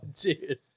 dude